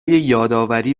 یادآوری